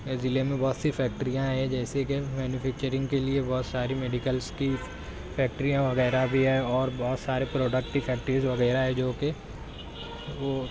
یہ ضلع میں بہت سی فیکٹریاں ہیں جیسے کہ مینوفیکچرنگ کے لیے بہت ساری میڈیکلس کی فیکٹریاں وغیرہ بھی ہیں اور بہت سارے پروڈکٹ کی فیکٹریز وغیرہ ہے جو کہ وہ